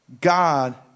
god